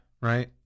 right